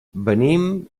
venim